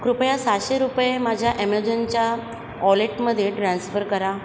कृपया सातशे रुपये माझ्या ॲमेझॉनच्या वॉलेटमध्ये ट्रान्स्फर करा